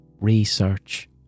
research